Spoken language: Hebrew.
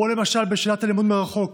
למשל בשיטת הלימוד מרחוק,